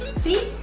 see!